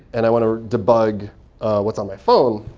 and i want to debug what's on my phone.